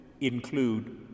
include